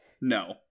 No